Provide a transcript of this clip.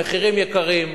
המחירים יקרים.